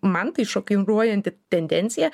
man tai šokiruojanti tendencija